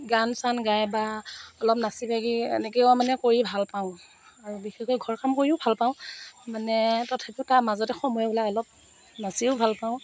গান চান গাই বা অলপ নাচি বাগি এনেকেও মানে কৰি ভালপাওঁ আৰু বিশেষকৈ ঘৰৰ কাম কৰিও ভালপাওঁ মানে তথাপিও তাৰ মাজতে সময় উলিয়াই অলপ নাচিও ভালপাওঁ